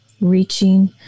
reaching